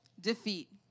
defeat